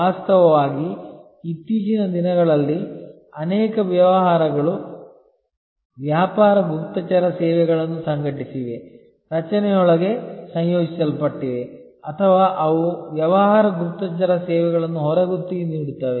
ವಾಸ್ತವವಾಗಿ ಇತ್ತೀಚಿನ ದಿನಗಳಲ್ಲಿ ಅನೇಕ ವ್ಯವಹಾರಗಳು ವ್ಯಾಪಾರ ಗುಪ್ತಚರ ಸೇವೆಗಳನ್ನು ಸಂಘಟಿಸಿವೆ ರಚನೆಯೊಳಗೆ ಸಂಯೋಜಿಸಲ್ಪಟ್ಟಿವೆ ಅಥವಾ ಅವು ವ್ಯವಹಾರ ಗುಪ್ತಚರ ಸೇವೆಗಳನ್ನು ಹೊರಗುತ್ತಿಗೆ ನೀಡುತ್ತವೆ